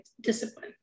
discipline